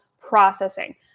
processing